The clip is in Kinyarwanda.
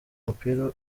mupira